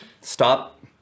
Stop